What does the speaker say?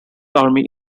army